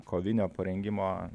kovinio parengimo